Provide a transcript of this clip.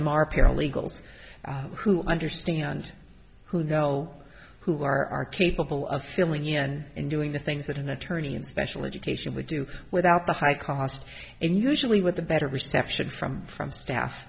them are paralegals who understand who know who are capable of filling in and doing the things that an attorney in special education would do without the high cost and usually with the better reception from from staff